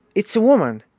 it's a woman.